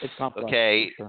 okay